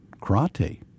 karate